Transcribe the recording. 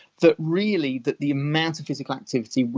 that really that the amount of physical activity,